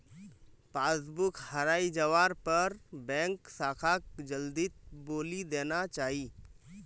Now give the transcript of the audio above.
passbook हराई जवार पर बैंक शाखाक जल्दीत बोली देना चाई